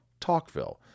Talkville